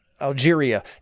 Algeria